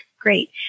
Great